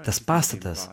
tas pastatas